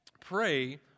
pray